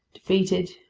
defeated,